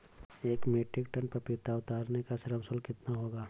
एक metric tonne पपीता उतारने का श्रम शुल्क कितना होगा?